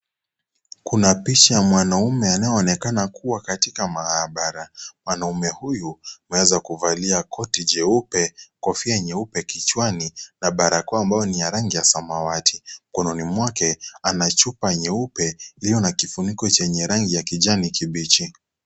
Kuna picha ya mwanaume anayeonekana kuwa katika maabara, mwanaume huyu ameweza kuvalia koti jeupe, kofia nyeupe kichwani na barakoa ambayo ni ya rangi ya samawati. Mkononi mwake ana chupa nyeupe iliyo na kifuniko chenye rangi ya kijani kibichi.